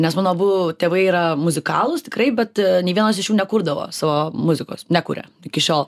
nes mano abu tėvai yra muzikalūs tikrai bet nei vienas iš jų nekurdavo savo muzikos nekuria iki šiol